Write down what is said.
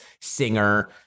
singer